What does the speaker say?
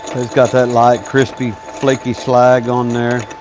got that light, crispy, flaky slag on there.